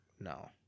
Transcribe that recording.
No